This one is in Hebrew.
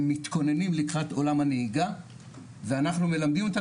מתכוננים לקראת עולם הנהיגה ואנחנו מלמדים אותם,